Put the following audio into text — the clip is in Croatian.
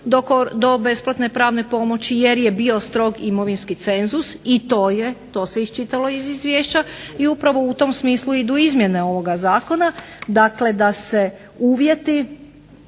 do besplatne pravne pomoći, jer je bio strog imovinski cenzus. I to je, to se iščitalo iz izvješća. I upravo u tom smislu idu izmjene ovoga Zakona. Dakle, da se uvjeti